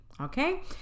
okay